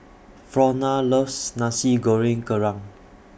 Frona loves Nasi Goreng Kerang